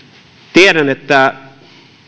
tiedän että